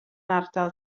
ardal